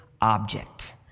object